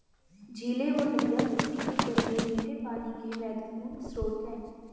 झीलें और नदियाँ पृथ्वी के जल में मीठे पानी के महत्वपूर्ण स्रोत हैं